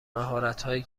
مهارتهایی